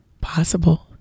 possible